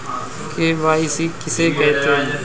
KYC किसे कहते हैं?